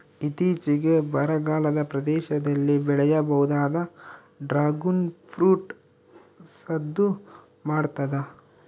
ಇತ್ತೀಚಿಗೆ ಬರಗಾಲದ ಪ್ರದೇಶದಲ್ಲಿ ಬೆಳೆಯಬಹುದಾದ ಡ್ರಾಗುನ್ ಫ್ರೂಟ್ ಸದ್ದು ಮಾಡ್ತಾದ